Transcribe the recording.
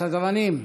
סדרנים,